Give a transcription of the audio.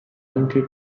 anche